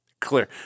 Clear